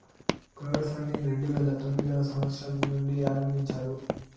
crowd funding రెండు వేల తొమ్మిదవ సంవచ్చరం నుండి ఆరంభించారు